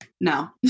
No